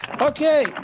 Okay